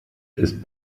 ist